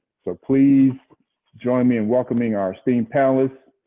so please join me in welcoming our esteemed panelists.